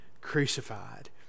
crucified